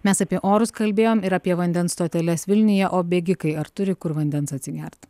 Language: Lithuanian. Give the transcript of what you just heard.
mes apie orus kalbėjom ir apie vandens stoteles vilniuje o bėgikai ar turi kur vandens atsigert